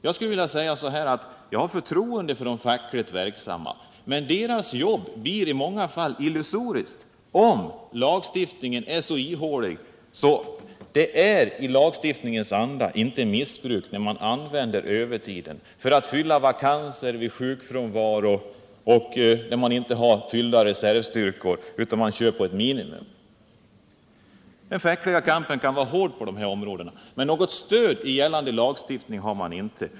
Jag skulle vilja säga att jag har förtroende för de fackligt verksamma, men deras jobb blir i många fall illusoriskt, om lagstiftningen är så ihålig att det enligt lagstiftningens anda inte är missbruk när man använder övertiden för att fylla vakanser vid sjukfrånvaro och när man inte har fyllda reservstyrkor utan kör med ett minimum. Den fackliga kampen kan vara hård på dessa områden, men något stöd i gällande lagstiftning har man inte.